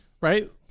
right